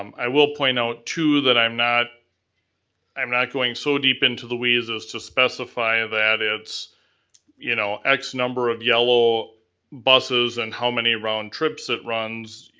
um i will point out too that i'm not i'm not going so deep into the weeds as to specify that it's you know x number of yellow buses and how many round trips it runs.